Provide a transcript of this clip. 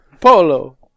Polo